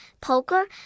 Poker